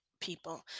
people